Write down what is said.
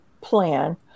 plan